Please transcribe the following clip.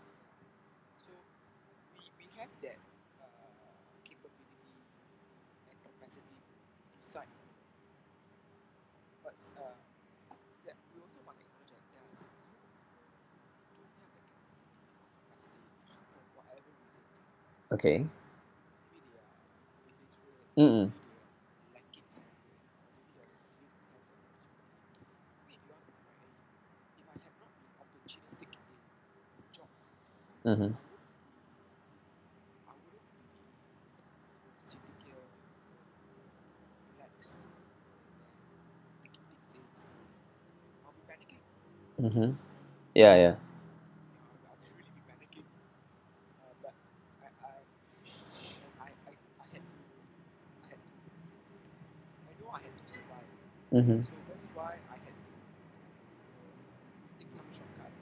okay um mm mmhmm mmhmm ya ya mmhmm